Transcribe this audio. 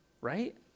right